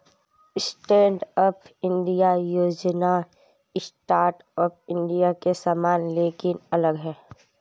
stand up India योजना startup India के समान लेकिन अलग है